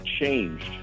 changed